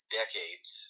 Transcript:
decades